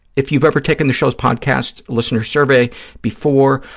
if you've ever taken the show's podcast listener survey before,